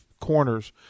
corners